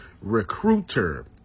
Recruiter